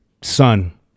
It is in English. son